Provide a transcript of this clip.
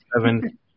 seven